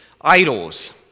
idols